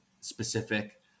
specific